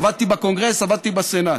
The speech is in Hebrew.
עבדתי בקונגרס, עבדתי בסנאט,